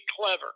clever